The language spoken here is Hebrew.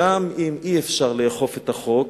גם אם אי-אפשר לאכוף את החוק,